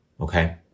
okay